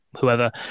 whoever